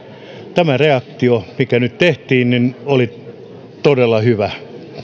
tämä reaktio mikä nyt tehtiin oli todella hyvä